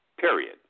period